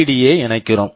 D LED யை இணைக்கிறோம்